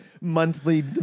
Monthly